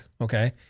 okay